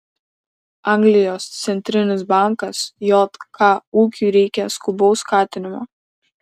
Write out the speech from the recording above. anglijos centrinis bankas jk ūkiui reikia skubaus skatinimo